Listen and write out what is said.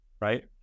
right